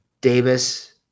Davis